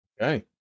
Okay